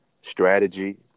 strategy